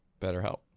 BetterHelp